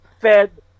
fed